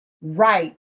right